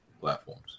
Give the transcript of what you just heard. platforms